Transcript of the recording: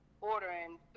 ordering